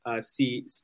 see